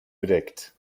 bedeckt